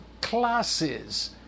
classes